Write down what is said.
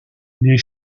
les